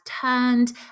turned